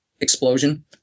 explosion